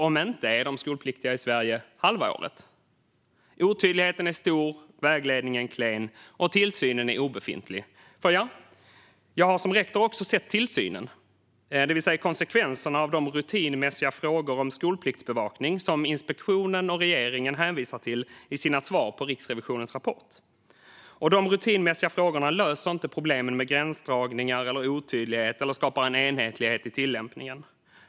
Om inte, är de då skolpliktiga i Sverige halva året? Otydligheten är stor, vägledningen är klen och tillsynen är obefintlig. Jag har nämligen som rektor också sett tillsynen, det vill säga konsekvenserna av de rutinmässiga frågor om skolpliktsbevakning som inspektionen och regeringen hänvisar till i sina svar på Riksrevisionens rapport. Dessa rutinmässiga frågor löser inte problemen med gränsdragningar eller otydlighet, och de skapar inte enhetlighet i tillämpningen.